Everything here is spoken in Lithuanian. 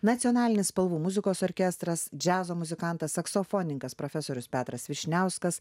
nacionalinis spalvų muzikos orkestras džiazo muzikantas saksofonininkas profesorius petras vyšniauskas